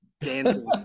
dancing